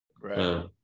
right